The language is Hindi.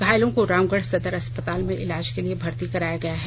घायलों को रामगढ़ सदर अस्पताल में इलाज के लिए भर्ती कराया गया है